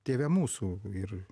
tėve mūsų ir